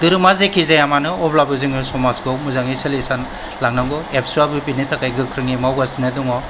धोरोमा जेखि जाया मानो अब्लाबो जोङो समाजखौ मोजाङै सोलि लांनांगौ एबसुवाबो बिनि थाखाय गोख्रोङै मावगासिनो दङ